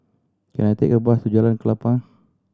can I take a bus to Jalan Klapa